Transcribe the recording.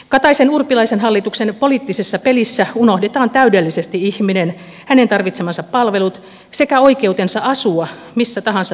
kataisenurpilaisen hallituksen poliittisessa pelissä unohdetaan täydellisesti ihminen hänen tarvitsemansa palvelut sekä oikeutensa asua missä tahansa suomessa